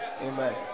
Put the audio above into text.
Amen